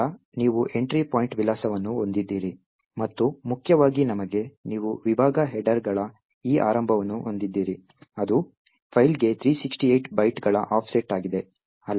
ನಂತರ ನೀವು entry point ವಿಳಾಸವನ್ನು ಹೊಂದಿದ್ದೀರಿ ಮತ್ತು ಮುಖ್ಯವಾಗಿ ನಮಗೆ ನೀವು ವಿಭಾಗ ಹೆಡರ್ಗಳ ಈ ಆರಂಭವನ್ನು ಹೊಂದಿದ್ದೀರಿ ಅದು ಫೈಲ್ಗೆ 368 ಬೈಟ್ಗಳ ಆಫ್ಸೆಟ್ ಆಗಿದೆ